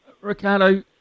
Ricardo